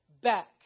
back